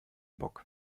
bock